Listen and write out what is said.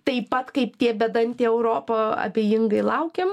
taip pat kaip tie bedantė europa abejingai laukiam